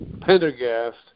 Pendergast